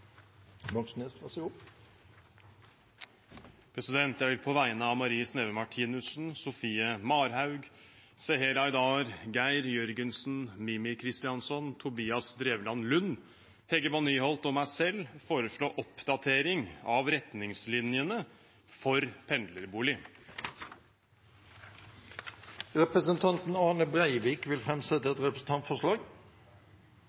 Moxnes vil framsette et representantforslag. Jeg vil på vegne av Marie Sneve Martinussen, Sofie Marhaug, Seher Aydar, Geir Jørgensen, Mímir Kristjánsson, Tobias Drevland Lund, Hege Bae Nyholt og meg selv fremme et forslag om oppdatering av retningslinjene for pendlerbolig. Representanten Ane Breivik vil